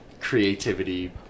creativity